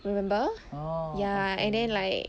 remember ya and then like